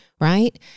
Right